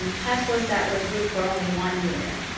um passports that were good for only one year,